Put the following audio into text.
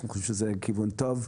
אנחנו חושבים שזה כיוון טוב.